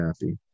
happy